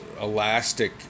elastic